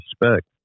respect